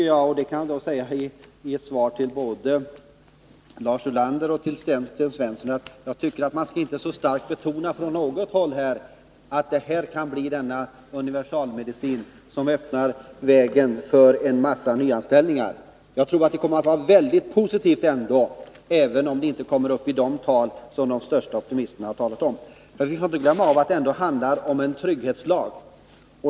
Jag kan såsom svar både till Lars Ulander och till Sten Svensson säga att jag tycker att man inte så starkt skall betona från något håll att detta kommer att bli den universalmedicin som öppnar vägen för en massa nyanställningar. Jag tror att lagens verkningar kommer att bli väldigt positiva, även om man inte når det antal som de största optimisterna har talat om. Vi får inte glömma att det ändå handlar om en trygghetslag.